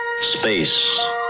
Space